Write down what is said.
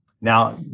Now